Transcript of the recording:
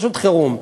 פשוט חירום.